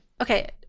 Okay